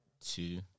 two